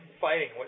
fighting